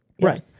Right